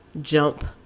jump